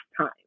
time